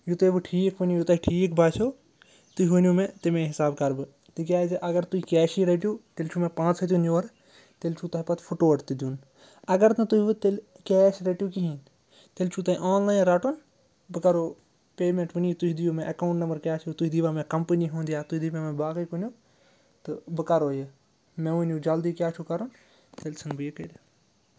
یوٗتاہ وٕ ٹھیٖک ؤنِو یوٗتاہ ٹھیٖک باسیو تُہۍ ؤنِو مےٚ تَمے حِساب کَرٕ بہٕ تِکیٛازِ اگر تُہۍ کیشٕے رٔٹِو تیٚلہِ چھُ مےٚ پانٛژھ ہَتھ یُن یورٕ تیٚلہِ چھُو تۄہہِ پَتہٕ فُٹوٹ تہِ دیُن اگر نہٕ تُہۍ وٕ تیٚلہِ کیش رٔٹِو کِہیٖنۍ تیٚلہِ چھُو تۄہہِ آنلاین رَٹُن بہٕ کَرو پیمٮ۪نٛٹ وٕنی تُہۍ دِیو مےٚ اٮ۪کاوُنٛٹ نمبر کیٛاہ چھُ تُہۍ دِیِو مےٚ کَمپٔنی ہُنٛد یا تُہۍ دِیِو مےٚ باقٕے کٕنِو تہٕ بہٕ کَرو یہِ مےٚ ؤنِو جلدی کیٛاہ چھُ کَرُن تیٚلہِ ژھٕن بہٕ یہِ کٔرِتھ